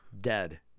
Dead